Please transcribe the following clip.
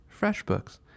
FreshBooks